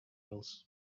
else